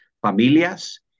familias